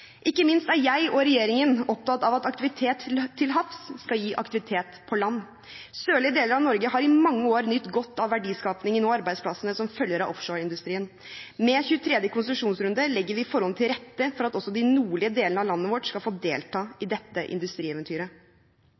Ikke minst er jeg og regjeringen opptatt av at aktivitet til havs skal gi aktivitet på land. Sørlige deler av Norge har i mange år nytt godt av verdiskapningen og arbeidsplassene som følger av offshoreindustrien. Med den 23. konsesjonsrunden legger vi forholdene til rette for at også de nordlige delene av landet vårt skal få delta i dette industrieventyret.